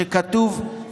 שכתוב,